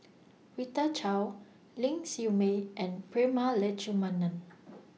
Rita Chao Ling Siew May and Prema Letchumanan